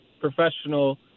professional –